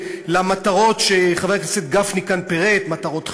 למטרות שחבר הכנסת גפני כאן פירט: מטרות חינוכיות,